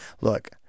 Look